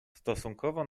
stosunkowo